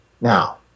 now